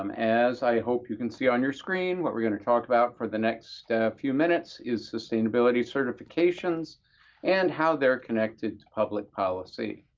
um as i hope you can see on your screen, what we're going to talk about for the next few minutes is sustainability certifications and how they're connected to public policy.